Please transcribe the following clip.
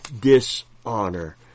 dishonor